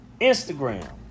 Instagram